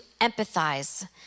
empathize